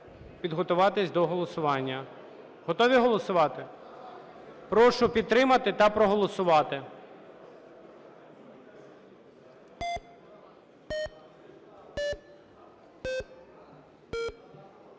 підготуватись до голосування. Готові голосувати? Прошу підтримати та проголосувати.